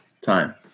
time